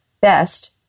Best